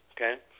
okay